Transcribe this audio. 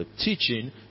teaching